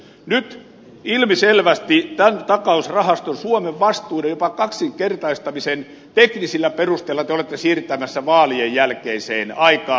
nyt ilmiselvästi tämän takausrahaston suomen vastuiden jopa kaksinkertaistamisen teknisillä perusteilla te olette siirtämässä vaalien jälkeiseen aikaan